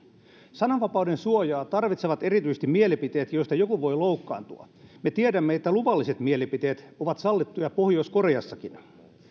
sananvapauden suojaa tarvitsevat erityisesti mielipiteet joista joku voi loukkaantua me tiedämme että luvalliset mielipiteet ovat sallittuja pohjois koreassakin